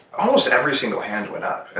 almost every single hand went up.